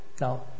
Now